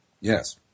Yes